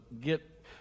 get